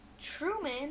Truman